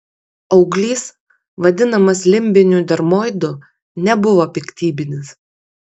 auglys vadinamas limbiniu dermoidu nebuvo piktybinis